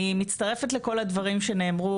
אני מצטרפת לכל הדברים שנאמרו,